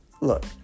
look